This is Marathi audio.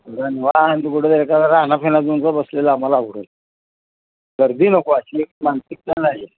दनवा आणखी कुठं एखादं रानाबिनात जाऊन सुद्धा बसलेलं आम्हाला आवडंल गर्दी नको अशी एक मानसिकता झाली आहे